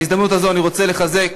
בהזדמנות הזאת אני רוצה לחזק